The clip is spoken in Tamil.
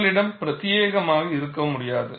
உங்களிடம் பிரத்தியேகமாக இருக்க முடியாது